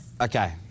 Okay